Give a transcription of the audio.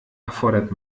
erfordert